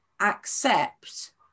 accept